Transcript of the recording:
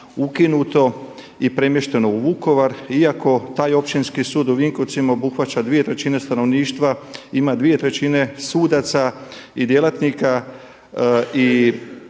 ukinuto i premješteno u Vukovar, iako taj Općinski sud u Vinkovcima obuhvaća 2/3 stanovništva, ima 2/3 sudaca i djelatnika i toliku